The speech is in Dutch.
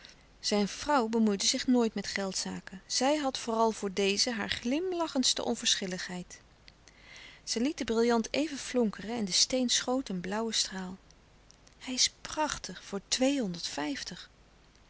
zijn vrouw bemoeide zich nooit met geldzaken zij had vooral voor deze hare glimlachendste onverschilligheid zij liet den brillant even flonkeren en de steen schoot een blauwen straal hij is prachtig voor twee honderd vijftig